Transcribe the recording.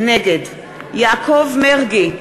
נגד יעקב מרגי,